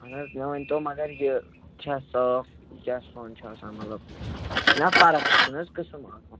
اَہن حظ مےٚ وٕنتَو مگر یہِ چھا صاف یہِ کیاہ سۄن چھِ آسان مطلب اتھ چھِ نا فرق اتھ چھِ نہٕ حظ قٕسم آسان